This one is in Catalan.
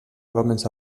començar